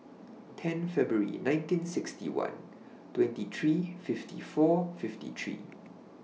ten February nineteen sixty one twenty three fifty four fifty three